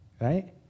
Right